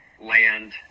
land